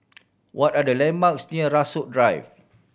what are the landmarks near Rasok Drive